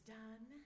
done